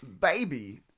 baby